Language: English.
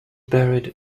buried